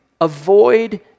avoid